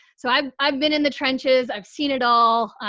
so i've, i've been in the trenches, i've seen it all.